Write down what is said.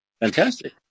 fantastic